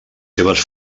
seves